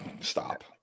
Stop